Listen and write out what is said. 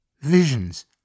visions